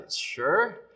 Sure